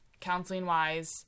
counseling-wise